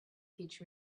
teach